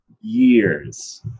years